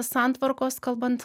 santvarkos kalbant